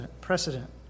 precedent